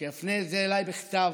שיפנה את זה אליי בכתב,